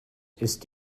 ist